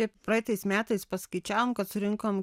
taip praeitais metais paskaičiavom kad surinkom